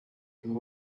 and